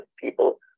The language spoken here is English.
people